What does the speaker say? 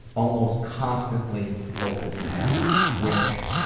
almost constantly folded in half. which,